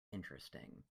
interesting